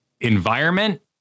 environment